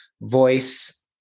voice